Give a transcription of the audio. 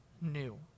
new